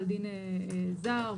דין זר,